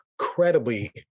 incredibly